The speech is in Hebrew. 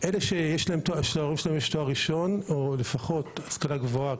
שלו תואר ראשון או שההורים שלו בעלי השכלה גבוהה,